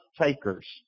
takers